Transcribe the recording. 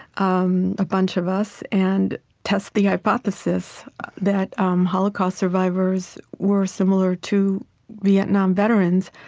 um a bunch of us, and test the hypothesis that um holocaust survivors were similar to vietnam veterans.